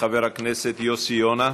חבר הכנסת יוסי יונה.